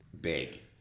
Big